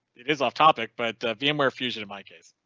it is off topic. but vm ware fusion in my case.